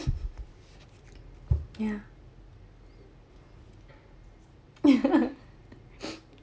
ya